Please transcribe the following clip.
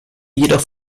jedoch